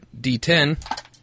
D10